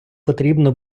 потрібно